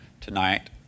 tonight